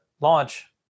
launch